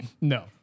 No